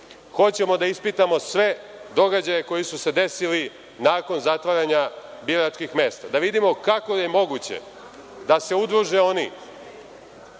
Hoćemo da ispitamo sve događaje koji su se desili nakon zatvaranja biračkih mesta. Da vidimo kako je moguće da se udruže oni